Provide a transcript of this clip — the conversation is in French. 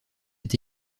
est